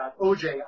OJ